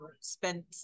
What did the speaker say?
spent